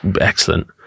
excellent